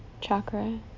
chakra